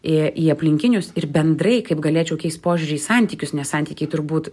į į aplinkinius ir bendrai kaip galėčiau keist požiūrį į santykius nes santykiai turbūt